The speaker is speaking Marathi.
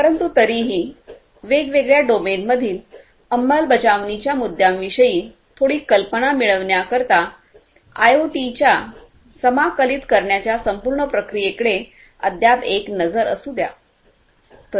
परंतु तरीही वेगवेगळ्या डोमेनमधील अंमलबजावणीच्या मुद्द्यांविषयी थोडी कल्पना मिळविण्याकरिता आयओटीच्या समाकलित करण्याच्या संपूर्ण प्रक्रियेकडे अद्याप एक नजर असू द्या